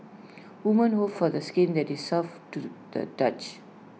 women hope for the skin that is soft to the touch